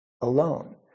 alone